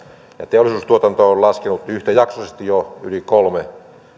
teollisuustuotanto on laskenut yhtäjaksoisesti jo yli kolme